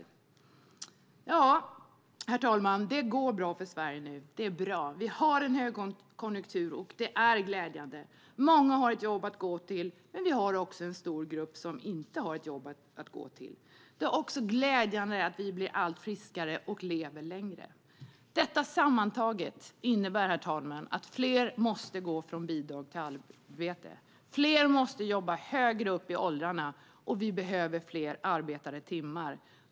Ja, herr talman, det går bra för Sverige nu. Det är bra. Det råder högkonjunktur, och det är glädjande! Många har ett jobb att gå till, men det finns också en stor grupp som inte har ett jobb att gå till. Det är också glädjande att vi blir allt friskare och lever längre. Detta sammantaget innebär, herr talman, att fler måste gå från bidrag till arbete, fler måste jobba högre upp i åldrarna och det behövs fler arbetade timmar.